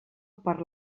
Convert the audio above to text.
per